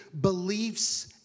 beliefs